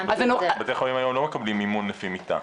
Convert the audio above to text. בתי חולים היום לא מקבלים מימון לפי מיטה.